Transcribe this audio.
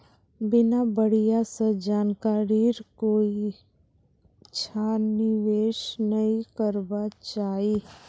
बिना बढ़िया स जानकारीर कोइछा निवेश नइ करबा चाई